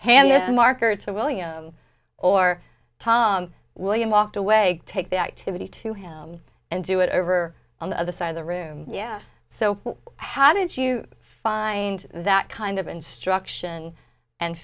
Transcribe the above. this marker to william or tom william walked away take the activity to him and do it over on the other side of the room yeah so how did you find that kind of instruction and